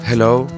Hello